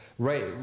Right